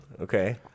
Okay